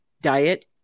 diet